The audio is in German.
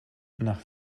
nach